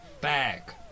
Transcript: back